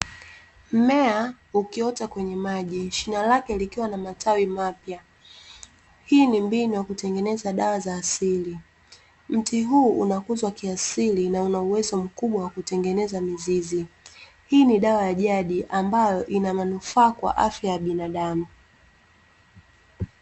Mmea ukiota kwenye maji, shina lake likiwa na matawi mapya. Hii ni mbinu ya kutengeneza dawa za asili. Mti huu unakuzwa kiasili na una uwezo mkubwa wa kutengeneza mizizi. Hii ni dawa ya jadi ambayo ina manufaa kwa afya ya binadamu.